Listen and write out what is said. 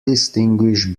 distinguish